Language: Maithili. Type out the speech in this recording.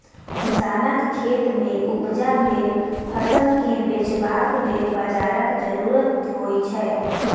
किसानक खेतमे उपजा भेल फसलकेँ बेचबाक लेल बाजारक जरुरत होइत छै